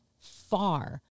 far